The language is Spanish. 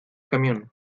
camión